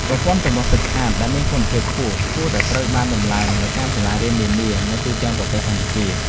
ប្រព័ន្ធចម្រោះទឹកស្អាតដែលមានគុណភាពខ្ពស់គួរតែត្រូវបានដំឡើងនៅតាមសាលារៀននានានៅទូទាំងប្រទេសកម្ពុជា។